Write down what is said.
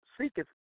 seeketh